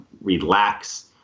relax